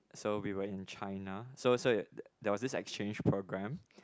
so we were in China so so it there was this exchange program